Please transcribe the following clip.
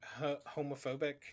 homophobic